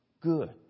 good